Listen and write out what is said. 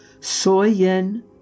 Soyen